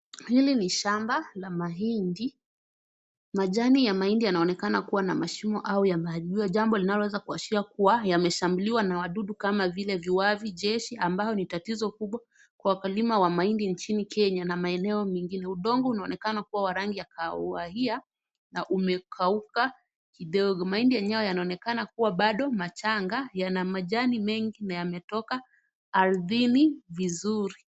Hili ni shamba la mahindi. Majani ya mahindi yanaonekana kuwa na mashimo au yamearipwa, jambo linalo kuwa imeashiria kuwa yameshambuliwa na wadudu kama vile viwavi jeshi ambao ni tatizo kubwa kwa wakulima wa mahindi inchini Kenya na maeneo mingine. Udongo unaonekana wa rangi wa kahawia na umeakauka kidogo. Mahindi enyewe unaonekana bado machanga, yana majani mengi na yametoka aridhini vizuri.